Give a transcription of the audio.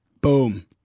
boom